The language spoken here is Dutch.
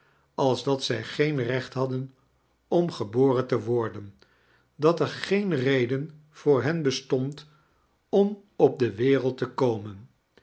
als dat zij geen recht liadden om geboren te worden dat er geen reden voor hen bestond om op de wereld te komen